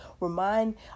remind